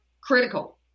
critical